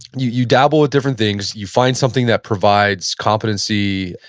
you you dabble with different things. you find something that provides competency,